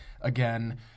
again